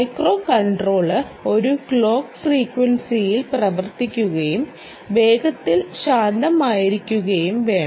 micro controller ഒരു clock ഫ്രീക്വൻസിയിൽ പ്രവർത്തിക്കുകയും വേഗത്തിൽ ശാന്തമായിരിക്കുകയും വേണം